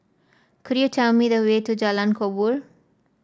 could you tell me the way to Jalan Kubor